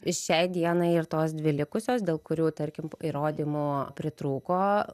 iš šiai dienai ir tos dvi likusios dėl kurių tarkim įrodymo pritrūko